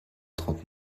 trente